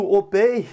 obey